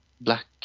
black